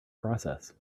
process